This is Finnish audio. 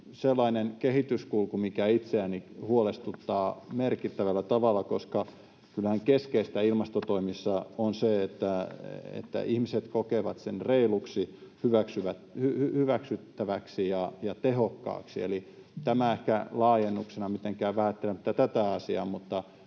sellainen kehityskulku, mikä itseäni huolestuttaa merkittävällä tavalla, koska kyllähän keskeistä ilmastotoimissa on se, että ihmiset kokevat ne reiluiksi, hyväksyttäviksi ja tehokkaiksi. Eli tämä ehkä laajennuksena mitenkään vähättelemättä tätä asiaa,